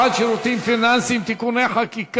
הוא אמר שיפעל בתיאום עם הממשלה בקידום החקיקה.